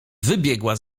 wybiegła